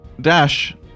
Dash